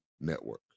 Network